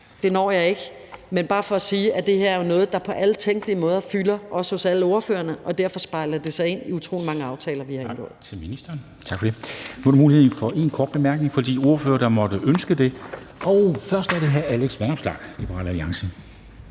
det når jeg ikke. Men det er bare for at sige, at det her er noget, der på alle tænkelige måder fylder også hos alle ordførerne, og derfor spejles det i utrolig mange aftaler, vi har indgået. Kl. 11:12 Formanden (Henrik Dam Kristensen): Tak til ministeren. Nu er der mulighed for en kort bemærkning fra de ordførere, der måtte ønske det. Og først er det hr. Alex Vanopslagh, Liberal Alliance.